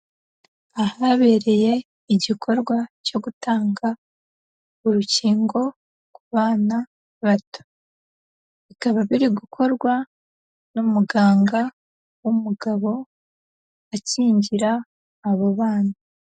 Ahabereye igikorwa cyo gutanga urukingo ku bana bato, bikaba biri gukorwa n'umuganga w'umugabo akingira abo bana.